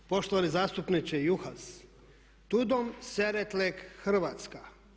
Poštovani zastupniče Juhas, tudom szeretlek Hrvatska.